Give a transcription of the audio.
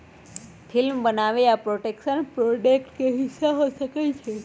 film बनाबे आ production project के हिस्सा हो सकइ छइ